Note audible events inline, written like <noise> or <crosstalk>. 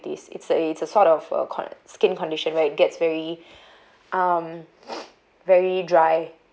it's a it's a sort of uh co~ skin condition where it gets very <breath> um <noise> very dry